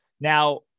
Now